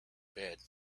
bed